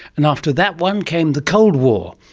and after that one came the cold war,